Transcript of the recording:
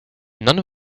none